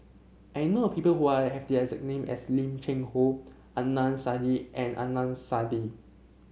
I know people who are have the exact name as Lim Cheng Hoe Adnan Saidi and Adnan Saidi